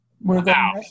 Wow